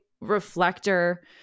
Reflector